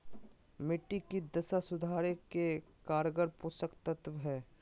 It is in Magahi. मिट्टी के दशा सुधारे के कारगर पोषक तत्व की है?